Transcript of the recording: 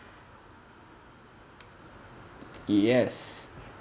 yes